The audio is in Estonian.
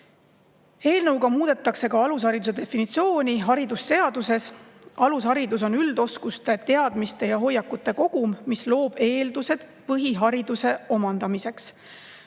Eelnõu kohaselt muudetakse ka alushariduse definitsiooni haridusseaduses. Alusharidus on üldoskuste, teadmiste ja hoiakute kogum, mis loob eeldused põhihariduse omandamiseks.